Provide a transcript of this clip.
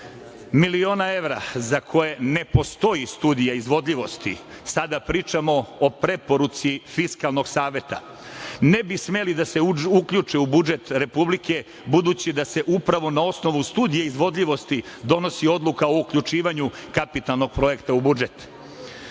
miliona evra, za koje ne postoji studija izvodljivosti, sada pričamo o preporuci Fiskalnog saveta, ne bi smeli da se uključe u budžet Republike, budući da se upravo na osnovu Studije izvodljivosti donosi odluka o uključivanju kapitalnog projekta u